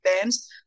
bands